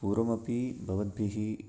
पूर्वमपि भवद्भिः